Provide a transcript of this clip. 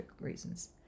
reasons